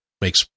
makes